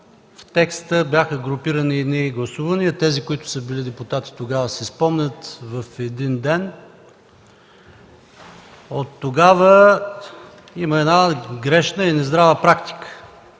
В текста бяха групирани едни гласувания – тези, които тогава са били депутати, си спомнят – в един ден. Оттогава има една грешна и нездрава практика